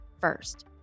first